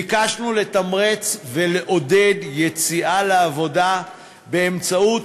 ביקשנו לתמרץ ולעודד יציאה לעבודה באמצעות